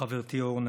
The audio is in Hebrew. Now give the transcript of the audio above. חברתי אורנה.